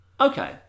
Okay